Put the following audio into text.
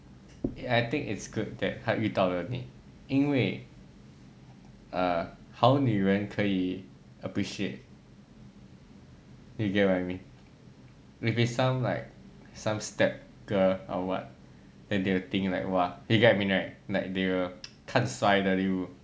I think it's good that 他遇到了你因为 err 好女人可以 appreciate you get what I mean maybe some like some step girl or what then they will think like !wah! you get what I mean right like they will 看衰 you